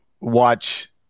watch